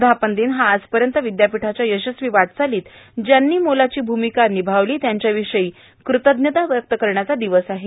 वर्धापनदिन हा आजपर्यत विद्यापीठाच्या यशस्वी वाटचालीत ज्यांनी मोलाची भूमिका निभावली त्यांच्याविषयी कृतज्ञता व्यक्त करायचा दिवस आहे